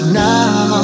now